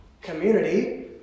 community